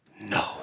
No